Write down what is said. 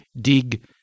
dig